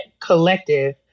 collective